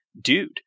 dude